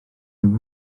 ddim